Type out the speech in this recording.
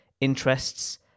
interests